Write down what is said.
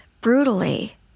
brutally